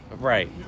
Right